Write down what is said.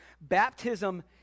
Baptism